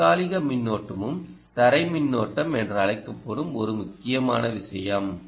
தற்காலிக மின்னோட்டமும் தரை மின்னோட்டம் என்று அழைக்கப்படும் ஒரு முக்கியமான விஷயம்